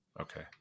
okay